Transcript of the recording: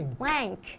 blank